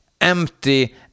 empty